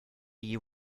you